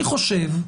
לדעתי,